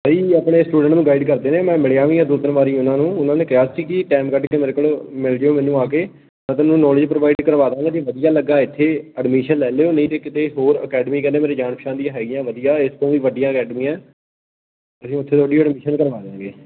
ਸਹੀ ਆਪਣੇ ਸਟੂਡੈਂਟ ਨੂੰ ਗਾਈਡ ਕਰਦੇ ਨੇ ਮੈਂ ਮਿਲਿਆ ਵੀ ਦੋ ਤਿੰਨ ਵਾਰੀ ਉਹਨਾਂ ਨੂੰ ਉਹਨਾਂ ਨੇ ਕਿਹਾ ਸੀ ਕਿ ਟਾਈਮ ਕੱਢ ਕੇ ਮੇਰੇ ਕੋਲ ਮਿਲ ਜਿਓ ਮੈਨੂੰ ਆ ਕੇ ਮੈਂ ਤੁਹਾਨੂੰ ਨੌਲੇਜ ਪ੍ਰੋਵਾਈਡ ਕਰਵਾ ਦਾਂਗਾ ਜੇ ਵਧੀਆ ਲੱਗਾ ਇੱਥੇ ਐਡਮਿਸ਼ਨ ਲੈ ਲਿਓ ਨਹੀਂ ਤਾਂ ਕਿਤੇ ਹੋਰ ਅਕੈਡਮੀ ਕਹਿੰਦੇ ਮੇਰੇ ਜਾਣ ਪਛਾਣ ਦੀਆਂ ਹੈਗੀਆਂ ਵਧੀਆ ਇਸ ਤੋਂ ਵੀ ਵੱਡੀਆਂ ਅਕੈਡਮੀਆਂ ਅਸੀਂ ਉੱਥੇ ਤੁਹਾਡੀ ਐਡਮਿਸ਼ਨ ਕਰਵਾ ਦਾਂਗੇ